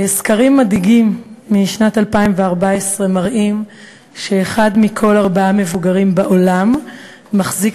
סקרים מדאיגים משנת 2014 מראים שאחד מכל ארבעה מבוגרים בעולם מחזיק